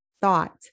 thought